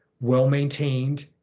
well-maintained